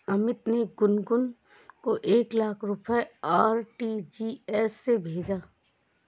अमित ने गुनगुन को एक लाख रुपए आर.टी.जी.एस से भेजा